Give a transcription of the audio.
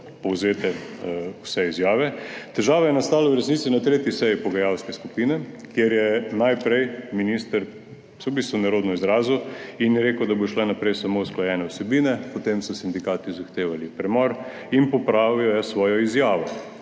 povzete vse izjave. Težava je nastala v resnici na tretji seji pogajalske skupine, kjer se je najprej minister v bistvu nerodno izrazil in rekel, da bodo šle naprej samo usklajene vsebine. Potem so sindikati zahtevali premor in popravil je svojo izjavo,